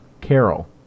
carol